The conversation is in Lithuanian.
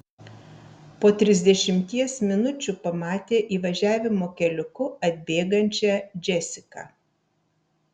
po trisdešimties minučių pamatė įvažiavimo keliuku atbėgančią džesiką